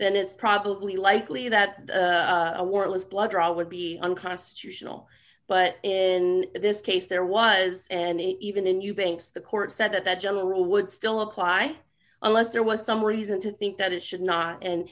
then it's probably likely that the word was blood draw would be unconstitutional but in this case there was and even in eubanks the court said that that general rule would still apply unless there was some reason to think that it should not and